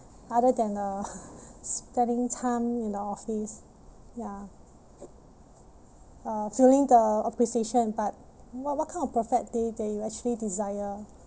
other than uh spending time in the office ya uh feeling the appreciation but what what kind of perfect day that you actually desire